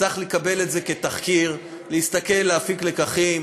צריך לקבל את זה כתחקיר, להסתכל, להפיק לקחים.